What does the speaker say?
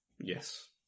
Yes